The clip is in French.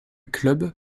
club